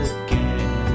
again